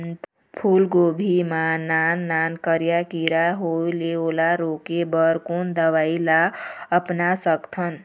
फूलगोभी मा नान नान करिया किरा होयेल ओला रोके बर कोन दवई ला अपना सकथन?